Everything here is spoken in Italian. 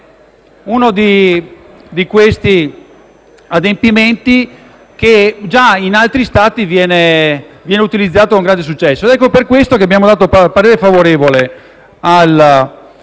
uno di quegli adempimenti che già in altri Stati viene utilizzato con grande successo. È per questo che esprimeremo parere favorevole